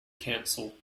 council